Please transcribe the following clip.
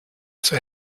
zur